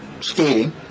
skating